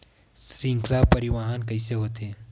श्रृंखला परिवाहन कइसे होथे?